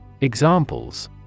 Examples